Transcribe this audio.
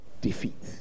defeat